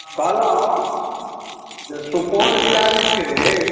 कहलहुँ जे सुपौल जिला जे छै